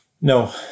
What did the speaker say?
No